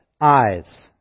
eyes